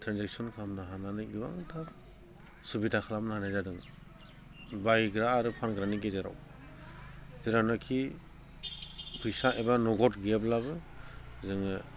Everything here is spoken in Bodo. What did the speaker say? ट्रेन्जेकसन खालामनो हानानै गोबांथार सुबिदा खालामना होनाय जादों बायग्रा आरो फानग्रानि गेजेराव जेरावनोखि फैसा एबा नगद गैयाब्लाबो जोङो